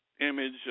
image